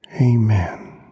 Amen